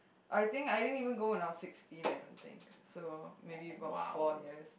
I think I didn't even go when I was sixteen I think so maybe about four years